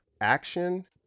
action